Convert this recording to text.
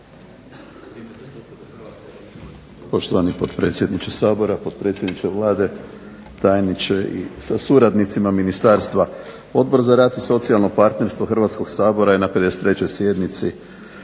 Hrvatskog sabora je na 53. sjednici